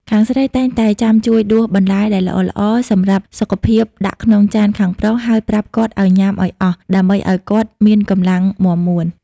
ខាងស្រីតែងតែចាំជួយដួសបន្លែដែលល្អៗសម្រាប់សុខភាពដាក់ក្នុងចានខាងប្រុស ហើយប្រាប់គាត់ឱ្យញ៉ាំឱ្យអស់ ដើម្បីឱ្យគាត់មានកម្លាំងមាំមួន។